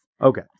Okay